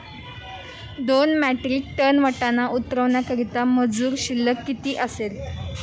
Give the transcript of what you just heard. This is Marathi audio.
दोन मेट्रिक टन वाटाणा उतरवण्याकरता मजूर शुल्क किती असेल?